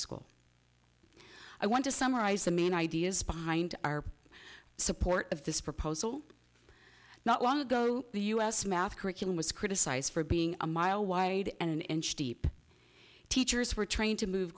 school i want to summarize the main ideas behind our support of this proposal not long ago the us math curriculum was criticised for being a mile wide and an inch deep teachers were trained to move